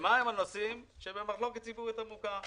מה הנושאים שהם במחלוקת ציבורית עמוקה?